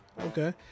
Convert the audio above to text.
Okay